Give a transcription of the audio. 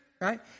Right